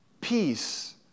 peace